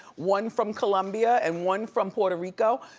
one from colombia and one from puerto rico,